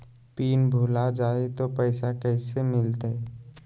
Pin भूला जाई तो पैसा कैसे मिलते?